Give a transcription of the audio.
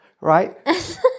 right